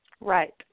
Right